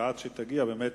עד שתגיע, באמת,